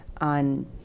on